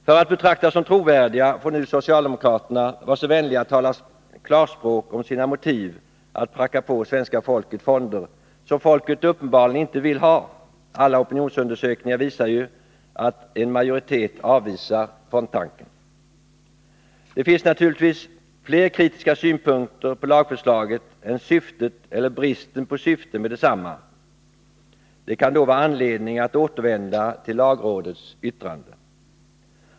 För att betraktas som trovärdiga får nu socialdemokraterna vara så vänliga att tala klarspråk om sina motiv att pracka på svenska folket fonder, som folket uppenbart inte vill ha — alla opinionsundersökningar visar ju att en majoritet avvisar fondtanken. Det finns naturligtvis fler kritiska synpunkter på lagförslaget än syftet, eller bristen på syfte, med detsamma. Det kan då vara anledning att återvända till lagrådets yttrande.